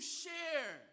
share